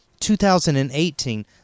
2018